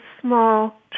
small